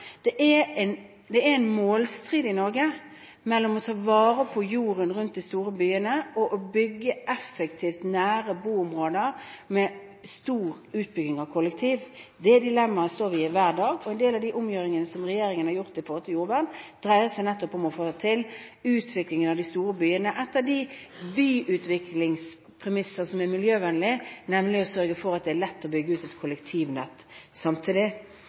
Det er en målstrid i Norge mellom å ta vare på jorden rundt de store byene og å bygge effektivt nær boområder med stor utbygging av kollektivtransport. Det dilemmaet står vi i hver dag, og en del av de omgjøringene som regjeringen har gjort når det gjelder jordvern, dreier seg nettopp om å få til utvikling av de store byene. Et av de byutviklingspremissene som er miljøvennlig, er nemlig å sørge for at det er lett å bygge ut et kollektivnett samtidig.